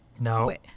No